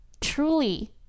truly